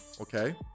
Okay